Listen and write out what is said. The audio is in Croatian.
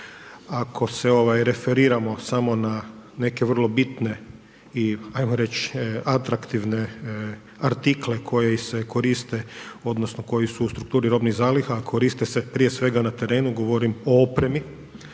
Ako se referiramo samo na neke vrlo bitne i ajmo reći atraktivne artikle koji se koriste, odnosno, koji su u strukturi robnih zaliha, koriste se prije svega na terenu, govorim o opremi,